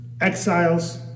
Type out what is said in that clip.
exiles